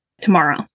tomorrow